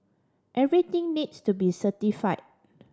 everything needs to be certify